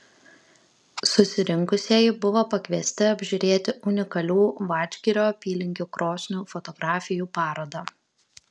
susirinkusieji buvo pakviesti apžiūrėti unikalių vadžgirio apylinkių krosnių fotografijų parodą